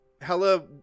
Hella